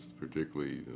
particularly